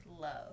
love